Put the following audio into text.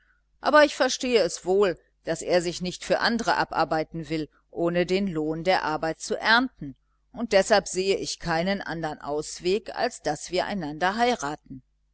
aber ich verstehe es wohl daß er sich nicht für andre abarbeiten will ohne den lohn der arbeit zu ernten und deshalb sehe ich keinen andern ausweg als daß wir einander heiraten